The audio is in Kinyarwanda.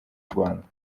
rwanda